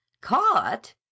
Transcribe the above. Caught